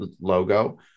logo